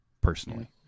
personally